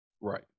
right